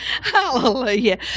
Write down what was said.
Hallelujah